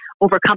overcome